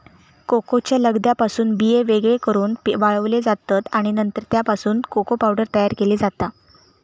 कोकोच्या लगद्यापासून बिये वेगळे करून वाळवले जातत आणि नंतर त्यापासून कोको पावडर तयार केली जाता